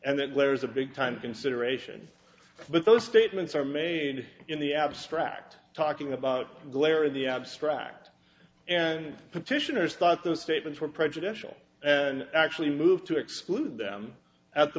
and that letter is a big time consideration but those statements are made in the abstract talking about glare in the abstract and petitioners thought those statements were prejudicial and actually move to exclude them at the